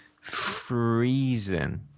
freezing